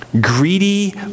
Greedy